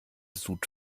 sud